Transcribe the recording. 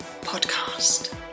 podcast